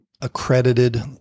accredited